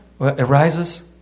arises